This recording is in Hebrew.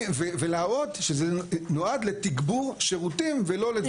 ולהראות שזה נועד לתגבור שירותים ולא לדברים אחרים.